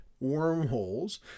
wormholes